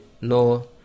no